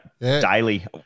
daily